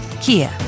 Kia